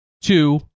Two